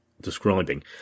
describing